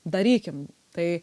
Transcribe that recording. darykim tai